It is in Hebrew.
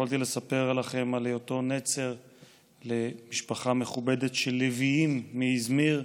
ויכולתי לספר לכם על היותו נצר למשפחה מכובדת של לוויים מאיזמיר.